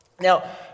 Now